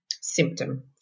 symptom